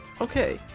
okay